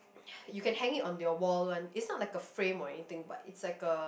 you can hang it on your wall one it's not like a frame or anything but it's like a